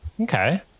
okay